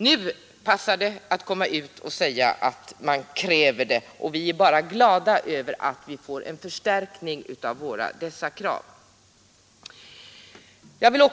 Nu passar det också folkpartiet att säga att man kräver detta, och vi är bara glada över att vi får en förstärkning av våra krav. Jag